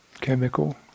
chemical